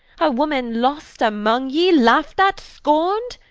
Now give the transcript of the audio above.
a woman lost among ye, laugh't at, scornd?